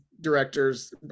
directors